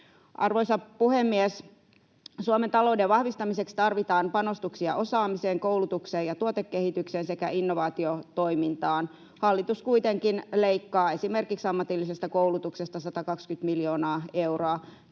Arvoisa puhemies! Suomen talouden vahvistamiseksi tarvitaan panostuksia osaamiseen, koulutukseen ja tuotekehitykseen sekä innovaatiotoimintaan. Hallitus kuitenkin leikkaa esimerkiksi ammatillisesta koulutuksesta 120 miljoonaa euroa.